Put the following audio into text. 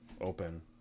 open